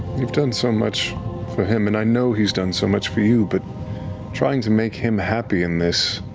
you've done so much for him, and i know he's done so much for you, but trying to make him happy in this,